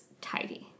tidy